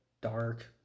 dark